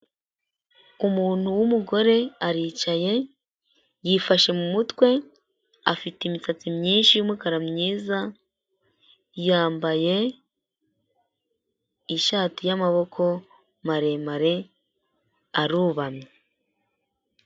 Umuntu w'umugore aricaye, yifashe mu mutwe, afite imisatsi myinshi y'umukara, myiza, yambaye ishati y'amaboko maremare, arubamye.